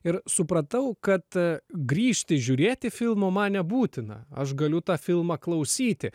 ir supratau kad grįžti žiūrėti filmo man nebūtina aš galiu tą filmą klausyti